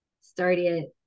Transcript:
started